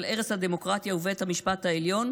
אבל הרס הדמוקרטיה ובית המשפט העליון,